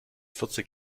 vierzig